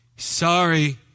Sorry